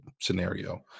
scenario